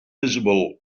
visible